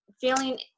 feeling